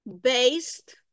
based